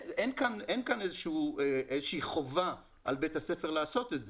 אין כאן איזושהי חובה על בית הספר לעשות את זה.